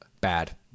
Bad